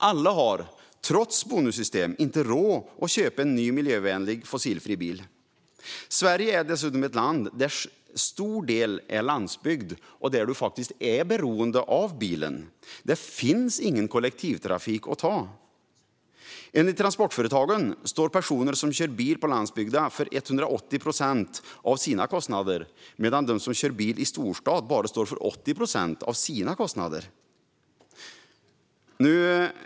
Alla har, trots bonussystem, inte råd att köpa en ny miljövänlig fossilfri bil. Sverige är dessutom ett land som till stor del består av landsbygd där man är beroende av bilen. Det finns ingen kollektivtrafik att ta. Enligt transportföretagen står personer som kör bil på landsbygden för 180 procent av sina kostnader, medan de som kör bil i storstad bara står för 80 procent av sina kostnader.